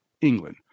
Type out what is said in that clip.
England